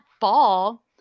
fall